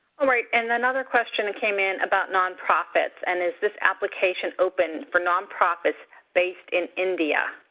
um right. and and another question came in about nonprofits. and is this application open for non-profits based in india?